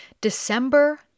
December